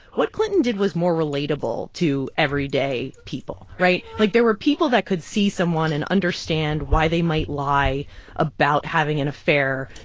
what clinton did was more relatable to everyday people, right? like, there were people that could see someone and understand why they might lie about having an affair,